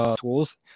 tools